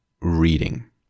reading